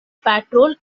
patrol